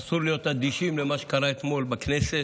אסור להיות אדישים למה שקרה אתמול בכנסת,